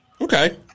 Okay